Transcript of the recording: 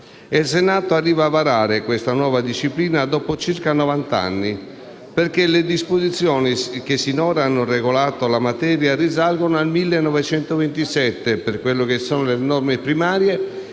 Il Senato arriva a varare questa nuova disciplina dopo circa novant'anni, perché le disposizioni che sinora hanno regolato la materia risalgono al 1927, per quelle che sono le norme primarie,